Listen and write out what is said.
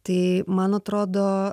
tai man atrodo